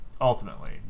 ultimately